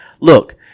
look